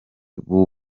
b’u